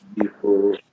people